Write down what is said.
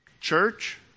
church